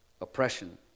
oppression